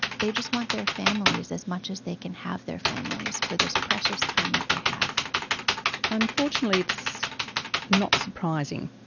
they just want their families as much as they can have their families for this precious time that they have unfortunately it's not surprising.